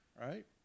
right